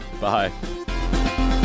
Bye